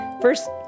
first